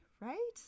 right